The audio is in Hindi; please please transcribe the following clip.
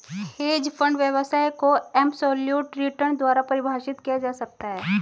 हेज फंड व्यवसाय को एबसोल्यूट रिटर्न द्वारा परिभाषित किया जा सकता है